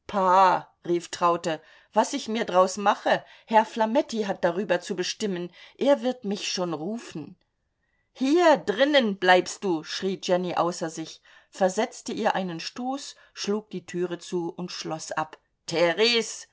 rief traute was ich mir draus mache herr flametti hat drüber zu bestimmen er wird mich schon rufen hier drinnen bleibst du schrie jenny außer sich versetzte ihr einen stoß schlug die türe zu und schloß ab theres